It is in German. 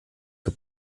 zur